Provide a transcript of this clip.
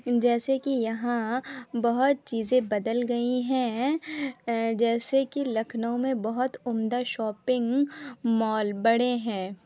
جیسے کہ یہاں بہت چیزیں بدل گئی ہیں جیسے کہ لکھنئو میں بہت عمدہ شاپنگ مال بڑے ہیں